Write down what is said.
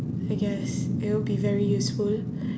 I guess it would be very useful